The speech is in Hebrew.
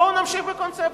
בואו נמשיך בקונספציה.